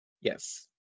Yes